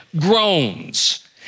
groans